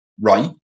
right